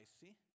see